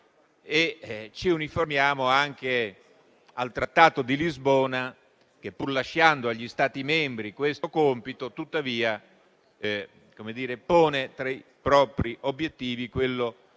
Ci uniformiamo anche al Trattato di Lisbona che, pur lasciando agli Stati membri questo compito, tuttavia, pone tra gli obiettivi della